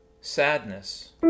sadness